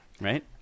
right